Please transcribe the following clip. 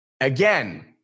Again